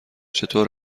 چطور